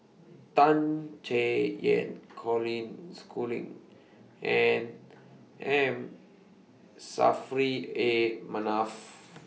Tan Chay Yan Colin Schooling and M Saffri A Manaf